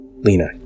Lena